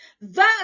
thus